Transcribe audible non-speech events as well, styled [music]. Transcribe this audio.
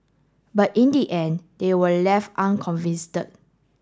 but in the end they were left unconvince [unintelligible]